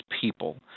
people